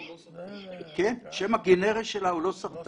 כן, השם הגנרי שלה הוא לוסרטן,